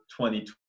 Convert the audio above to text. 2020